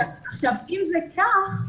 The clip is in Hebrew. אם זה כך,